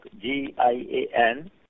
G-I-A-N